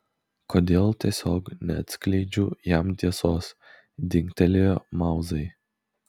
kodėl tiesiog neatskleidžiu jam tiesos dingtelėjo mauzai